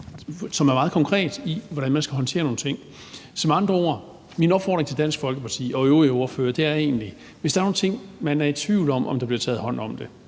som er meget konkret, i forhold til hvordan man skal håndtere nogle ting. Så med andre ord er min opfordring til Dansk Folkeparti og øvrige ordførere egentlig, at hvis der er nogle ting, man er i tvivl om om der bliver taget hånd om,